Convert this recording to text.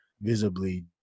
visibly